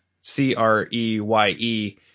C-R-E-Y-E